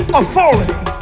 authority